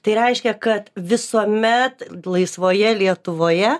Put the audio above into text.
tai reiškia kad visuomet laisvoje lietuvoje